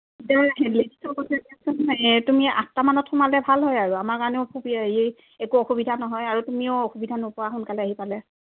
তুমি আঠটামানত সোমালে ভাল হয় আৰু আমাৰ কাৰণেও একো অসুবিধা নহয় আৰু তুমিও অসুবিধা নোপোৱা সোনকালে আহি পালে